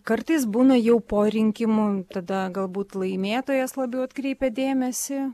kartais būna jau po rinkimų tada galbūt laimėtojas labiau atkreipia dėmesį